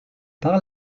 par